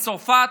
מצרפת,